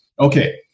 Okay